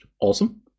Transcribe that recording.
Awesome